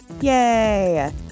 Yay